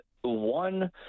one